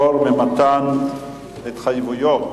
(פטור ממתן התחייבות),